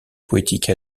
poétique